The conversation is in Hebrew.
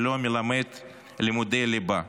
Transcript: שלא מלמד לימודי ליבה.